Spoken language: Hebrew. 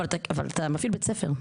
אבל אתה מפעיל בית ספר.